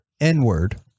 n-word